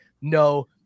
No